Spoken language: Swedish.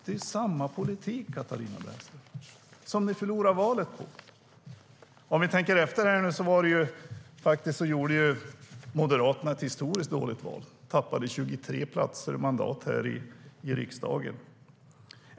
Det är samma politik, Katarina Brännström, som ni förlorade valet på. Om vi tänker efter var det faktiskt så att Moderaterna gjorde ett historiskt dåligt val och tappade 23 mandat i riksdagen.